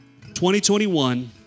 2021